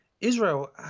Israel